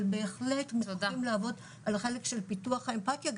אבל בהחלט צריכים לעבוד על פיתוח האמפתיה,